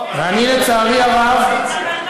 ואני, לצערי הרב, לא, בסדר.